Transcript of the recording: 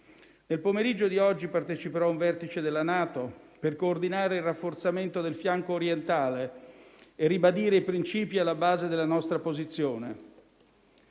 Nel pomeriggio di oggi parteciperò a un vertice della NATO per coordinare il rafforzamento del fianco orientale e ribadire i principi alla base della nostra posizione.